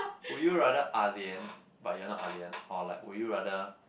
would you rather ah lian but you are not ah lian or like would you rather